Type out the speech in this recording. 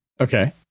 Okay